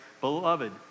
Beloved